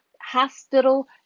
hospital